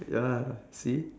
ya lah see